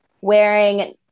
wearing